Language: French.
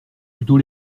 plutôt